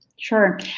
Sure